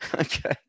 okay